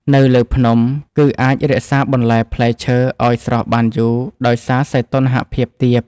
នៅលើភ្នំ គឺអាចរក្សាបន្លែផ្លែឈើឱ្យស្រស់បានយូរដោយសារសីតុណ្ហភាពទាប។